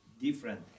different